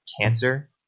cancer